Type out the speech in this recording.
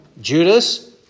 Judas